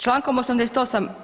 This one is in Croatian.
Člankom 88.